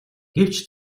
гэвч